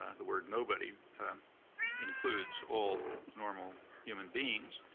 ah the word nobody includes all normal human beings,